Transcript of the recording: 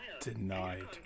denied